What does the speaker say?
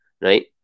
Right